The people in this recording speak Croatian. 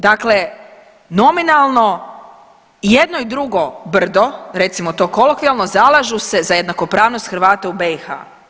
Dakle, nominalno i jedno drugo brdo, recimo to kolokvijalno, zalažu se za jednakopravnost Hrvata u BiH.